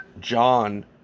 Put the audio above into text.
John